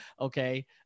okay